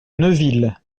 neuville